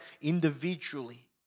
individually